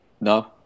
No